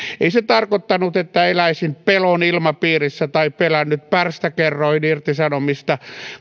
ei se tarkoittanut että eläisin pelon ilmapiirissä tai olisin pelännyt pärstäkerroinirtisanomista